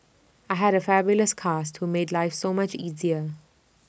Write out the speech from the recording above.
I had A fabulous cast who made life so much easier